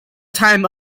time